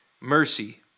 mercy